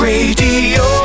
Radio